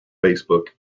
facebook